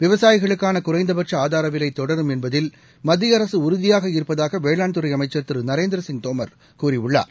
விவசாயிகளுக்கான குறைந்தபட்ச ஆதாரவிலை தொடரும் என்பதில் மத்திய அரசு உறுதியாக இருப்பதாக வேளாண்துறை அமைச்சர் திரு நரேந்திர சிங் தோமர் கூறியுள்ளார்